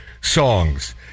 songs